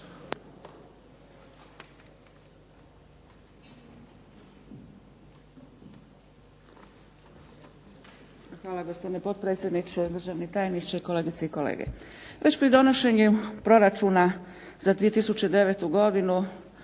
Hvala gospodine potpredsjedniče. Državni tajniče, kolegice i kolege. Već pri donošenje proračuna za 2009. godinu